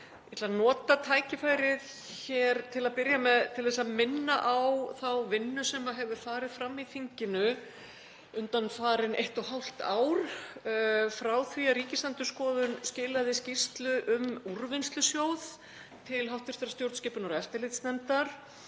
Ég ætla að nota tækifærið hér til að byrja með til að minna á þá vinnu sem hefur farið fram í þinginu undanfarið eitt og hálft ár frá því að Ríkisendurskoðun skilaði skýrslu um Úrvinnslusjóð til hv. stjórnskipunar- og eftirlitsnefndar